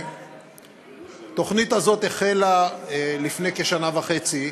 התוכנית הזאת החלה לפני כשנה וחצי,